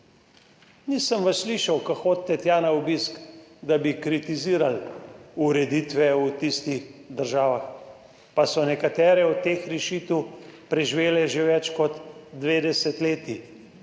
nisem slišal, ko hodite tja na obisk, da bi kritizirali ureditve v tistih državah, pa so nekatere od teh rešitev preživele že več kot dve desetletji,